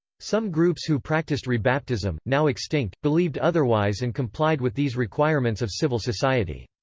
some groups who practiced rebaptism, now extinct, believed otherwise and complied with these requirements of civil society.